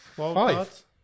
five